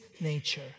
nature